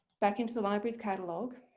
back into the library's catalogue